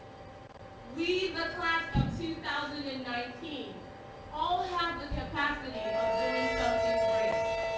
we, the class of two thousand and nineteen all have the capacity of doing something great.